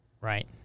Right